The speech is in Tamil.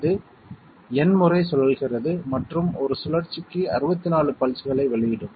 இது N முறை சுழல்கிறது மற்றும் ஒரு சுழற்சிக்கு 64 பல்ஸ்களை வெளியிடும்